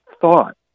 thought